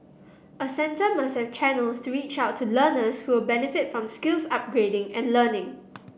a centre must have channels to reach out to learners who will benefit from skills upgrading and learning